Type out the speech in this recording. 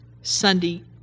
Sunday